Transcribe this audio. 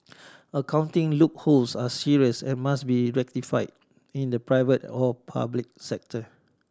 accounting loopholes are serious and must be rectify in the private or public sector